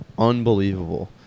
Unbelievable